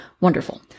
Wonderful